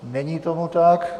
Není tomu tak.